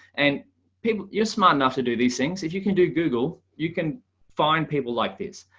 and people, you're smart enough to do these things. if you can do google, you can find people like this.